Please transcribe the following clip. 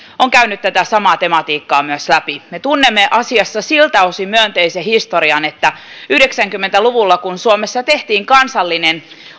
on käynyt tätä samaa tematiikkaa läpi me tunnemme asiassa siltä osin myönteisen historian että kun yhdeksänkymmentä luvulla suomessa tehtiin kansallinen